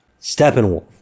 Steppenwolf